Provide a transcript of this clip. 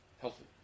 healthy